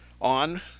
on